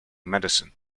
medicine